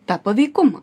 tą paveikumą